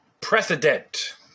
precedent